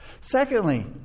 Secondly